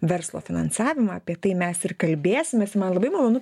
verslo finansavimą apie tai mes ir kalbėsimės man labai malonu